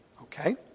Okay